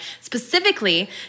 specifically